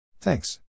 Thanks